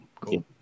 Cool